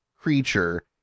creature